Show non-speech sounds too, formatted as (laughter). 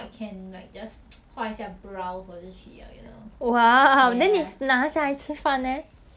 只有你的朋友看 mah as in if 我跟你出门 means we are pretty close so 不用怕 unless like (noise)